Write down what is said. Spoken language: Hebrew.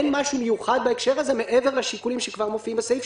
אין משהו מיוחד בהקשר הזה מעבר לשיקולים שכבר מופיעים בסעיף,